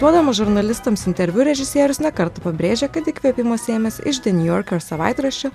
duodamas žurnalistams interviu režisierius ne kartą pabrėžė kad įkvėpimo sėmėsi iš the new yorker savaitraščio